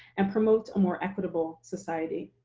and promote a more equitable society.